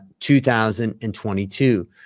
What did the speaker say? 2022